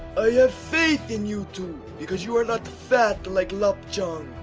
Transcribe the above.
i have faith in you two, because you are not fat like lapchung.